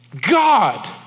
God